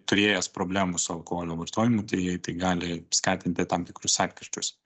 turėjęs problemų su alkoholio vartojimu tai jei tai gali skatinti tam tikrus atkryčius